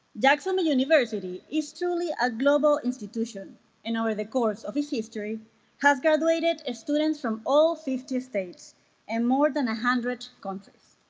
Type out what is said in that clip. jacksonville university is truly a global institution in over the course of his history has graduated students from all fifty states and more than hundred countries